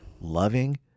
loving